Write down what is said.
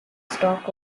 stalk